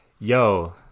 Yo